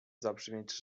zabrzmieć